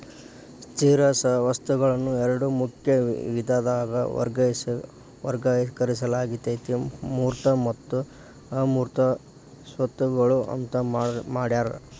ಸ್ಥಿರ ಸ್ವತ್ತುಗಳನ್ನ ಎರಡ ಮುಖ್ಯ ವಿಧದಾಗ ವರ್ಗೇಕರಿಸಲಾಗೇತಿ ಮೂರ್ತ ಮತ್ತು ಅಮೂರ್ತ ಸ್ವತ್ತುಗಳು ಅಂತ್ ಮಾಡ್ಯಾರ